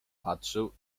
patrzył